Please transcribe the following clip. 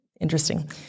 Interesting